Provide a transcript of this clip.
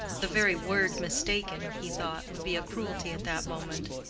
the very word mistaken, he thought, would be a cruelty at that moment.